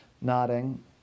nodding